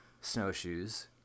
snowshoes